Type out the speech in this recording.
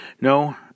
No